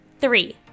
Three